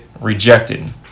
rejected